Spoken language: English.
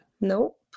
Nope